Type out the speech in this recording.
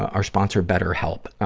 our sponsor, betterhelp.